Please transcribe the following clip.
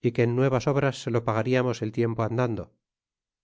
y que en nuevas obras se lo pagariamos el tiempo andando